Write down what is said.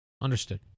Understood